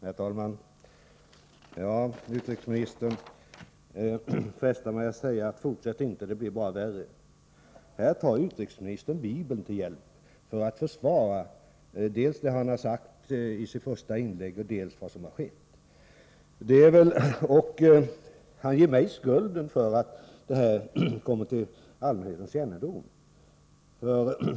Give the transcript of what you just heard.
Herr talman! Utrikesministern frestar mig att säga: Fortsätt inte, det blir bara värre! Här tar utrikesministern Bibeln till hjälp för att försvara dels det som han har sagt i sitt första inlägg, dels vad som har skett. Han ger mig skulden för att marijuanarökningen kommer till allmänhetens kännedom.